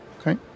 Okay